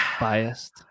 biased